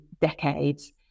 decades